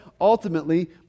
Ultimately